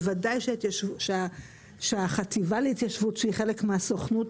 בוודאי שהחטיבה להתיישבות שהיא חלק מהסוכנות